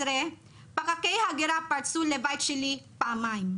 פקחי ההגירה פרצו לבית שלי פעמיים.